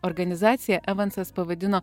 organizaciją evansas pavadino